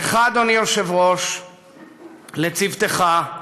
לך, אדוני היושב-ראש, לצוותך,